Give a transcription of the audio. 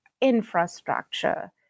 infrastructure